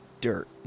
dirt